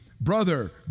brother